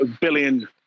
billion